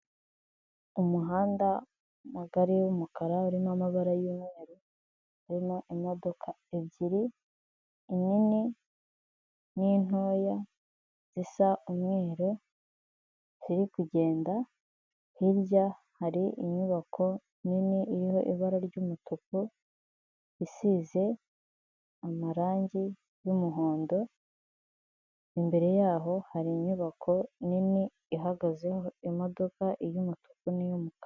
Umuhanda mugari w'umukara urimo amabara y'umweru harimo imodoka ebyiri inini n'intoya zisa umweru ziriri kugenda, hirya hari inyubako nini iriho ibara ry'umutuku isize amarangi y'umuhondo imbere yaho hari inyubako nini ihagazeho imodoka y'umutuku niy'umukara.